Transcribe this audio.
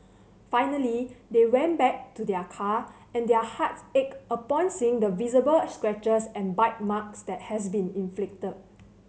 finally they went back to their car and their hearts ached upon seeing the visible scratches and bite marks that had been inflicted